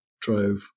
drove